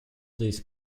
this